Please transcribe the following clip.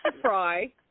fry